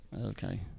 Okay